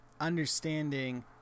understanding